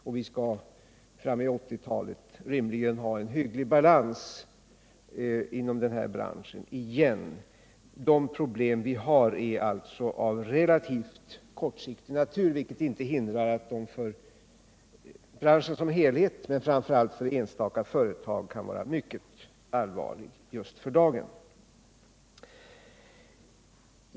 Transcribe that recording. Vi skall framme på 1980-talet rimligen ha en hygglig balans inom den här branschen igen. De problem vi har är alltså av relativt kortsiktig natur, vilket inte hindrar att de för branschen som helhet, men framför allt för enstaka företag, kan vara mycket allvarliga just för dagen.